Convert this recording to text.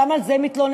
גם על זה מתלוננים.